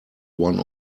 one